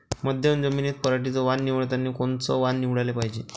मध्यम जमीनीत पराटीचं वान निवडतानी कोनचं वान निवडाले पायजे?